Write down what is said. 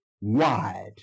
wide